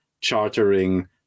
chartering